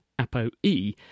ApoE